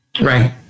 Right